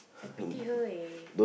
I pity her eh